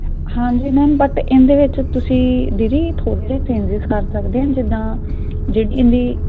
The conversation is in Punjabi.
ਹਾਂਜੀ ਮੈਮ ਬਟ ਇਹਦੇ ਵਿੱਚ ਤੁਸੀਂ ਦੀਦੀ ਥੋੜ੍ਹੀਆਂ ਜਿਹੀਆਂ ਚੇਂਜਿਸ ਕਰ ਸਕਦੇ ਜਿੱਦਾਂ ਜਿਹੜੀਆਂ ਦੀ